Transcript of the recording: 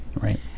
Right